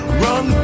run